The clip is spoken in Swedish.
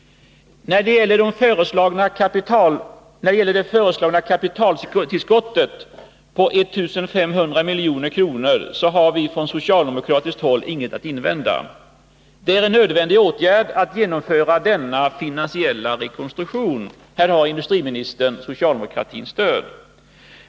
När det gäller det föreslagna kapitaltillskottet på 1500 milj.kr. så har vi från socialdemokratiskt håll inget att invända. Det är en nödvändig åtgärd att genomföra denna finansiella rekonstruktion. Här har industriministern socialdemokratins stöd.